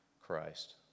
Christ